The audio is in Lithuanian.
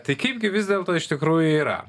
tai kaipgi vis dėlto iš tikrųjų yra